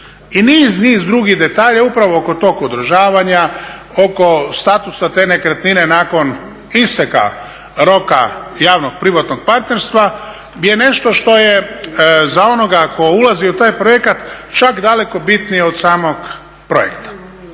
niz drugih detalja, upravo kod tog održavanja, oko statusa te nekretnine nakon isteka roka javno-privatnog partnerstva je nešto što je za onoga tko ulazi u taj projekat čak daleko bitnije od samog projekta